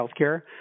healthcare